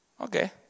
okay